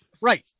Right